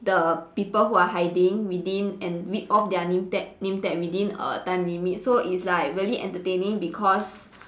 the people who are hiding within and rip of their name tag name tag within a time limit so it's like really entertaining because